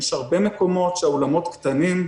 יש הרבה מקומות שבהם האולמות קטנים,